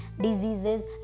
diseases